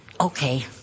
okay